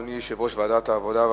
אדוני יושב-ראש ועדת העבודה,